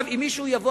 אם מישהו יבוא,